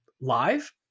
live